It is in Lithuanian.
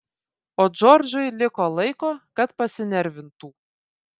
o džordžui liko laiko kad pasinervintų